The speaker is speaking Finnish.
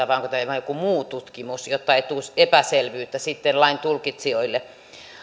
vai onko tämä ihan joku muu tutkimus jotta ei tulisi epäselvyyttä sitten lain tulkitsijoille